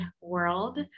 world